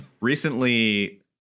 Recently